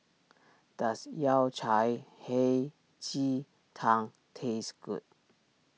does Yao Cai Hei Ji Tang taste good